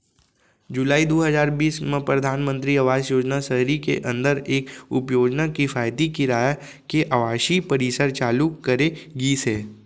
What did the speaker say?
जुलाई दू हजार बीस म परधानमंतरी आवास योजना सहरी के अंदर एक उपयोजना किफायती किराया के आवासीय परिसर चालू करे गिस हे